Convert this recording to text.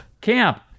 camp